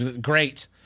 Great